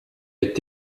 est